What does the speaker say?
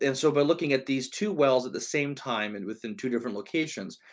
and so by looking at these two wells at the same time and within two different locations,